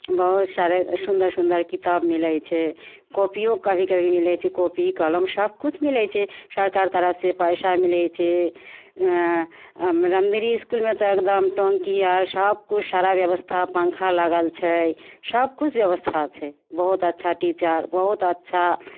बहुत सारा सुन्दर सुन्दर किताब मिलै छै कॉपिओ कभी कभी मिलै छै कॉपी कलम सबकिछु मिलै छै सरकार तरफसे पइसा मिलै छै रमदिरी इसकुलमे तऽ एगदम टन्की आओर सबकिछु सारा बेबस्था पन्खा लागल छै सबकिछु बेबस्था छै बहुत अच्छा टीचर बहुत अच्छा